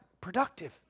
productive